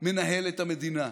מנהל את המדינה.